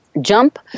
jump